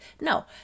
No